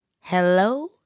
Hello